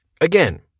Again